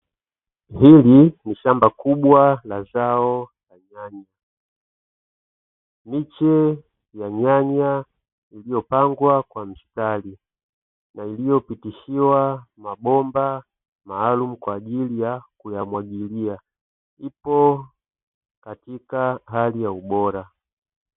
Hili ni shamba kubwa la zao la nyanya, miche ya nyanya iliyopangwa kwa mstari na iliyopitishiwa mabomba maalumu kwa ajili ya kuyamwagilia ipo katika hali ya ubora.